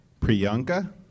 Priyanka